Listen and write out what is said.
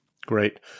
Great